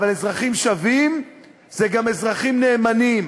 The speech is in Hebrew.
אבל אזרחים שווים זה גם אזרחים נאמנים,